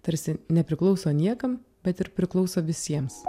tarsi nepriklauso niekam bet ir priklauso visiems